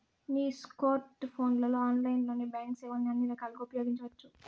నీ స్కోర్ట్ ఫోన్లలో ఆన్లైన్లోనే బాంక్ సేవల్ని అన్ని రకాలుగా ఉపయోగించవచ్చు